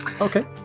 Okay